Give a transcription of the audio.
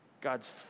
God's